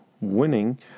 winning